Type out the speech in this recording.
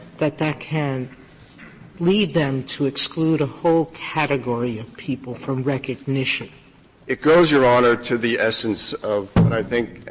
that that can lead them to exclude a whole category of people from recognition? whalen it goes, your honor, to the essence of what i think,